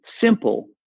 simple